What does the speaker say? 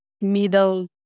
middle